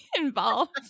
involved